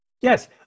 Yes